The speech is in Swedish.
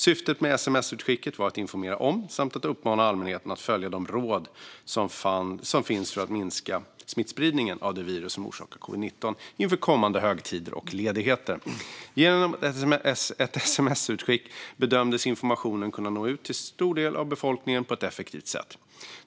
Syftet med sms-utskicket var att informera om samt uppmana allmänheten att följa de råd som finns för att minska smittspridningen av det virus som orsakar covid-19 inför kommande högtider och ledigheter. Genom ett sms-utskick bedömdes informationen kunna nå ut till stor del av befolkningen på ett effektivt sätt.